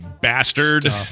bastard